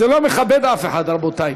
זה לא מכבד אף אחד, רבותי.